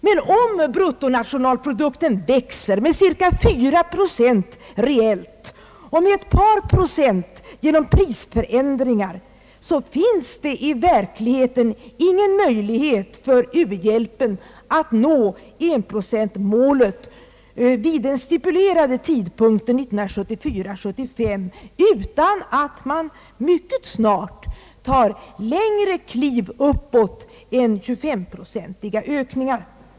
Men om bruttonationalprodukten växer med cirka 4 procent reellt och med ett par procent genom prisförändringar, finns det i verkligheten ingen möjlighet för u-hjälpen att nå enprocentsmålet vid den stipulerade tidpunkten 1974/75 utan att man mycket snart tar längre kliv uppåt än 25-procentiga ökningar.